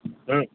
હમ